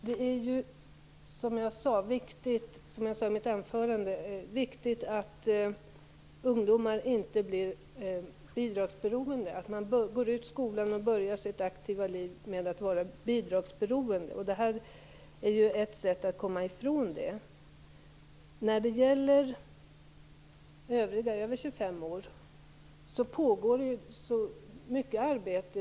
Fru talman! Som jag sade i mitt anförande är det viktigt att ungdomar inte blir bidragsberoende, att de inte går ut skolan och börjar sitt aktiva liv med att vara bidragsberoende. Det här är ett sätt att komma ifrån det. När det gäller de övriga, dem som är över 25 år, pågår mycket arbete.